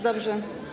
Dobrze.